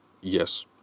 Yes